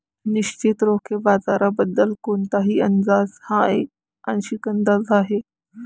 निश्चितच रोखे बाजाराबद्दल कोणताही अंदाज हा एक आंशिक अंदाज आहे